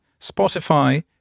spotify